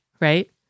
right